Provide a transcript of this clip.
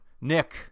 Nick